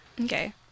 Okay